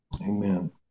Amen